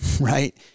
Right